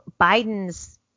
Biden's